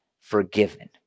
forgiven